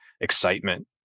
excitement